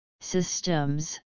systems